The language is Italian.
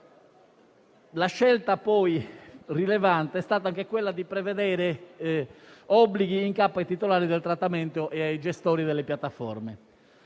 La scelta rilevante è stata anche quella di prevedere obblighi in capo ai titolari del trattamento e ai gestori delle piattaforme.